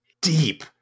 deep